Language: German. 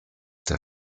der